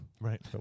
Right